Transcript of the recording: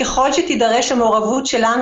ככל שתידרש המעורבות שלנו,